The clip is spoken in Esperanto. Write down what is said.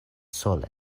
sole